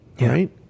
right